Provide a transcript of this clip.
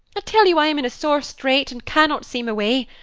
i tell you i am in a sore strait and cannot see my way.